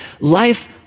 life